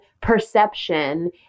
perception